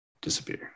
disappear